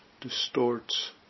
distorts